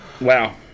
Wow